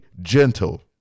gentle